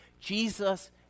Jesus